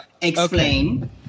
Explain